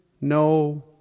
no